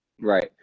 Right